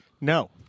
No